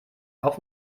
auf